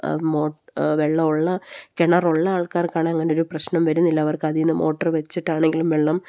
വെള്ളമുള്ള കിണറുള്ള ആൾക്കാർക്കാണെങ്കില് അങ്ങനെയൊരു പ്രശ്നം വരുന്നില്ല അവർക്ക് അതില്നിന്ന് മോട്ടർ വെച്ചിട്ടാണെങ്കിലും വെള്ളം